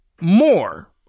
More